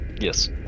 Yes